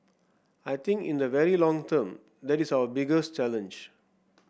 I think in the very long term that is our biggest challenge